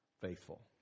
faithful